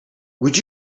would